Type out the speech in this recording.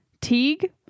Teague